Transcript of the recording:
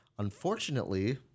Unfortunately